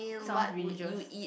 sounds religious